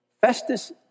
Festus